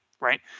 Right